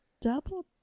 Double